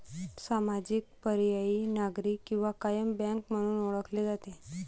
सामाजिक, पर्यायी, नागरी किंवा कायम बँक म्हणून ओळखले जाते